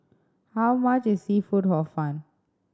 how much is seafood Hor Fun